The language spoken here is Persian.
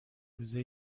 روزه